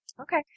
Okay